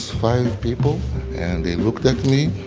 five people, and they looked at me.